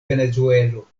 venezuelo